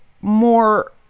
more